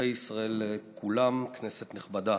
אזרחי ישראל כולם, כנסת נכבדה,